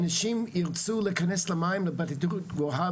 אנשים ירצו להיכנס למים בטמפרטורה גבוהה,